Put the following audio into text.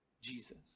Jesus